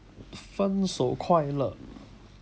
分手快乐